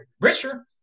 richer